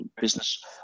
Business